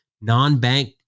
non-bank